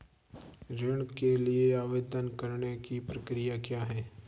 ऋण के लिए आवेदन करने की प्रक्रिया क्या है?